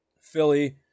Philly